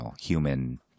human